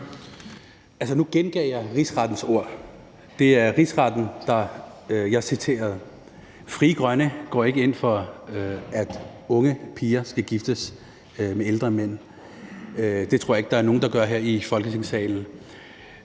nu gengav jeg Rigsrettens ord. Det var Rigsretten, jeg citerede. Frie Grønne går ikke ind for, at unge piger skal giftes med ældre mænd. Det tror jeg ikke der er nogen der gør her i Folketingssalen.